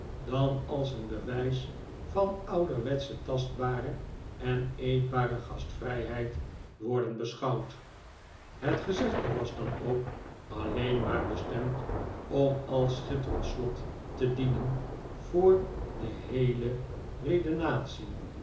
dan als een bewijs van ouderwetsche tastbare en eetbare gastvrijheid worden beschouwd het gezegde was dan ook alleen maar bestemd pm als schitterend slot te dienen voor de heele